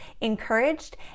encouraged